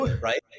right